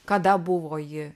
kada buvo ji